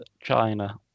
China